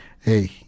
hey